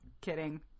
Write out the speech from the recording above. kidding